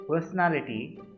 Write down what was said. personality